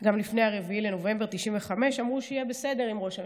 גם לפני 4 בנובמבר 1995 אמרו ש"יהיה בסדר" עם ראש הממשלה.